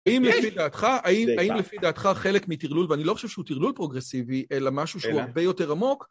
האם לפי דעתך, האם, האם לפי דעתך, חלק מטרלול, ואני לא חושב שהוא טרלול פרוגרסיבי, אלא משהו שהוא הרבה יותר עמוק